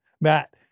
Matt